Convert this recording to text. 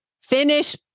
finish